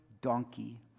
donkey